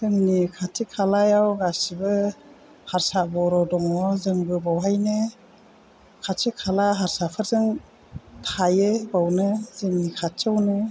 जोंनि खाथि खालायाव गासिबो हारसा बर' दङ जोंबो बावहायनो खाथि खाला हारसाफोरजों थायो बावनो जोंनि खाथियावनो